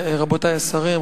רבותי השרים,